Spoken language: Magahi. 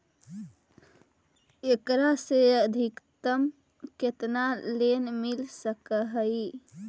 एकरा से अधिकतम केतना लोन मिल सक हइ?